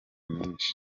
mwinshi